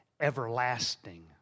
everlasting